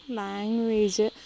language